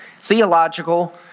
theological